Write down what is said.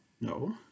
no